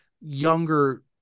younger